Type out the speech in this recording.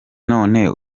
none